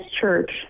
church